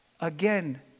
again